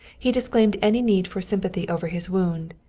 he disclaimed any need for sympathy over his wound,